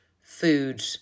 food